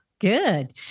Good